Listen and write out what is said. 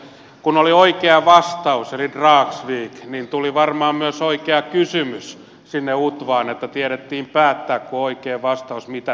kun oli oikea vastaus eli dragsvik niin tuli varmaan myös oikea kysymys sinne utvaan että tiedettiin päättää kun on oikea vastaus mitä päätetään